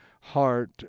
heart